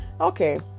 okay